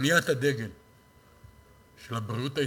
שאוניית הדגל של הבריאות הישראלית,